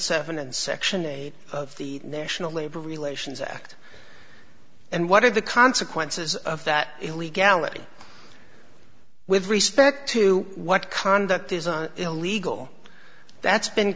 seven and section eight of the national labor relations act and what are the consequences of that illegality with respect to what conduct is illegal that's been